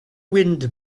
wind